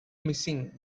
missing